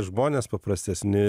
žmonės paprastesni